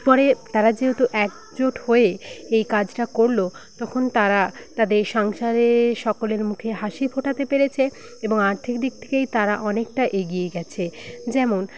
পরে তারা যেহেতু একজোট হয়ে এই কাজটা করল তখন তারা তাদের সংসারে সকলের মুখে হাসি ফোটাতে পেরেছে এবং আর্থিক দিক থেকেই তারা অনেকটা এগিয়ে গেছে যেমন